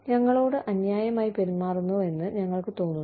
ഞങ്ങളോട് അന്യായമായി പെരുമാറുന്നുവെന്ന് ഞങ്ങൾക്ക് തോന്നുന്നു